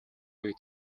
буй